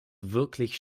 wirklich